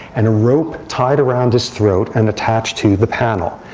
and a rope tied around his throat and attached to the panel.